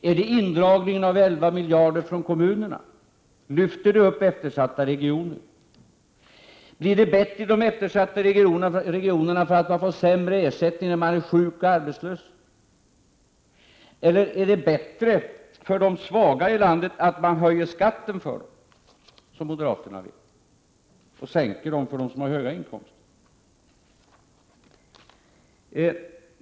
Är det indragningen av 11 miljarder från kommunerna? Lyfter det upp eftersatta regioner? Blir det bättre i de eftersatta regionerna för att man får sämre ersättning när man är sjuk eller arbetslös? Är det bättre för de svaga i landet att man, som moderaterna vill, höjer skatten för dem och sänker den för dem som har höga inkomster?